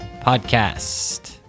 podcast